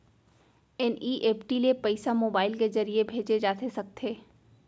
NEFT ले पइसा mobile के ज़रिए भेजे जाथे सकथे?